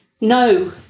No